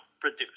produce